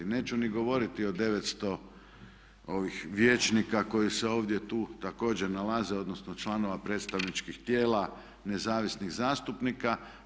Neću ni govoriti o 900 vijećnika koji se ovdje tu također nalaze, odnosno članova predstavničkih tijela, nezavisnih zastupnika.